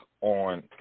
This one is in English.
on